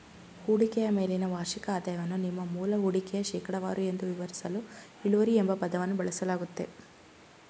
ಹೂಡಿಕೆಯ ಮೇಲಿನ ವಾರ್ಷಿಕ ಆದಾಯವನ್ನು ನಿಮ್ಮ ಮೂಲ ಹೂಡಿಕೆಯ ಶೇಕಡವಾರು ಎಂದು ವಿವರಿಸಲು ಇಳುವರಿ ಎಂಬ ಪದವನ್ನು ಬಳಸಲಾಗುತ್ತೆ